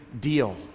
deal